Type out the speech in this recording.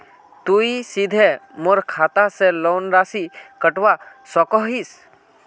तुई सीधे मोर खाता से लोन राशि कटवा सकोहो हिस?